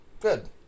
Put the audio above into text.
good